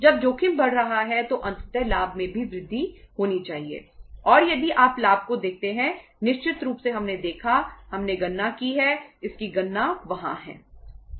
जब जोखिम बढ़ रहा है तो अंततः लाभ में भी वृद्धि होनी चाहिए और यदि आप लाभ को देखते हैं निश्चित रूप से हमने देखा हमने गणना की है इसकी गणना वहां है